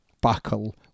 buckle